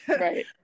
Right